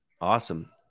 Awesome